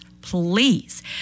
please